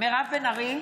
מירב בן ארי,